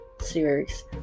series